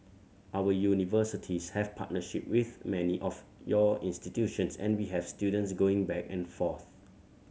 our universities have partnership with many of your institutions and we have students going back and forth